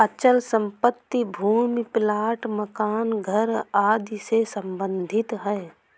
अचल संपत्ति भूमि प्लाट मकान घर आदि से सम्बंधित है